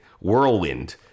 whirlwind